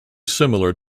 similar